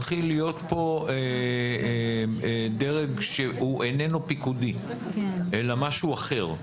מתחיל להיות פה דרג שהוא איננו פיקודי אלא משהו אחר.